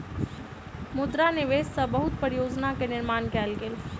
मुद्रा निवेश सॅ बहुत परियोजना के निर्माण कयल गेल